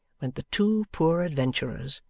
went the two poor adventurers,